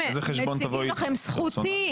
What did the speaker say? איזה חשבון תבואי איתי?